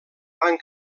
van